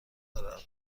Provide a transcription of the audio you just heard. دارد